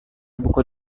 buku